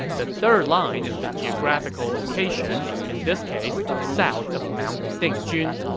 the third line is the geographical location, in this case, south of mount dingjun.